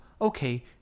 Okay